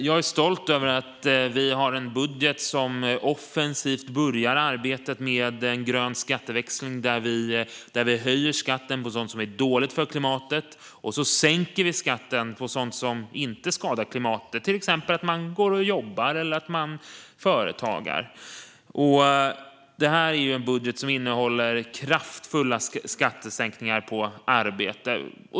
Jag är stolt över att vi har en budget där vi offensivt börjar arbetet med en grön skatteväxling, där vi höjer skatten på sådant som är dåligt för klimatet och sänker skatten på sådant som inte skadar klimatet, till exempel att man går och jobbar eller att man företagar. Detta är en budget som innehåller kraftfulla sänkningar av skatt på arbete.